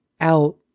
out